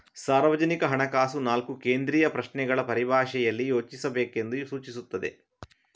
ಸಾರ್ವಜನಿಕ ಹಣಕಾಸು ನಾಲ್ಕು ಕೇಂದ್ರೀಯ ಪ್ರಶ್ನೆಗಳ ಪರಿಭಾಷೆಯಲ್ಲಿ ಯೋಚಿಸಬೇಕೆಂದು ಸೂಚಿಸುತ್ತದೆ